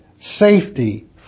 safety